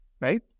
right